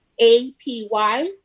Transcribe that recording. APY